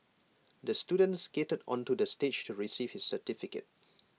the student skated onto the stage to receive his certificate